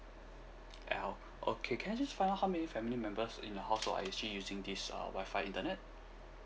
elle okay can I just find out how many family members in the household are actually using this uh wifi internet